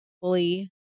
fully